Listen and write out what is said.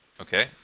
Okay